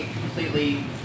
completely